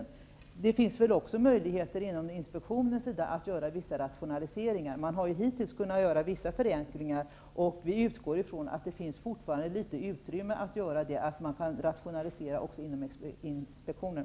Det finns väl också möjligheter att från inspektionens sida göra vissa rationaliseringar. Hittills har vissa förändringar kunnat göras, och vi utgår från att det fortfarande finns utrymme för rationaliseringar.